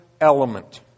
element